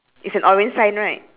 so that means the open